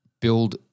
build